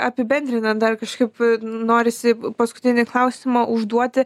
apibendrinat dar kažkaip norisi paskutinį klausimą užduoti